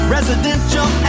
Residential